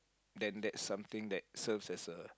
then that's something that serves as a